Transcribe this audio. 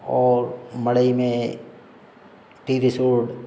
और मढ़ई में टी रिसोर्ट